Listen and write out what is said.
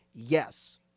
yes